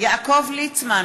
יעקב ליצמן,